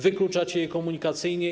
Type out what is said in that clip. Wykluczacie je komunikacyjnie.